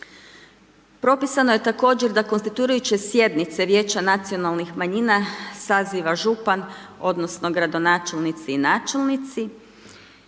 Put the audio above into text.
Propisano je također da konstituirajuće sjednice vijeća nacionalnih manjina saziva župan odnosno gradonačelnici i načelnici